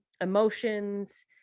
emotions